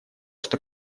что